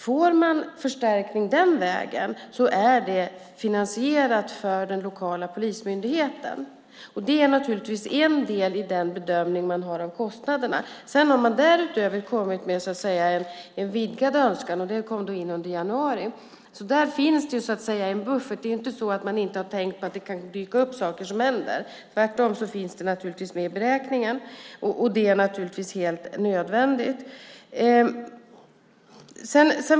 Får man förstärkning den vägen är det finansierat för den lokala polismyndigheten. Det är en del i bedömningen av kostnaderna. Därutöver har man kommit med en vidgad önskan, och den kom in under januari. Där finns det en buffert. Det är inte så att man inte har tänkt på att saker kan hända. Det finns tvärtom med i beräkningen. Det är helt nödvändigt.